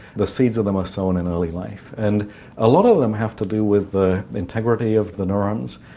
the seeds of them are sown in early life and a lot of them have to do with the integrity of the neurons,